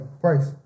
price